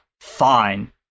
fine